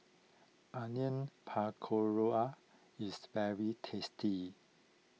Onion Pakora is very tasty